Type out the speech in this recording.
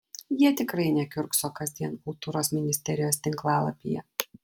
jie tikrai nekiurkso kasdien kultūros ministerijos tinklalapyje